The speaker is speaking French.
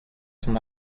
son